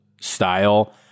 style